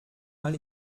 mal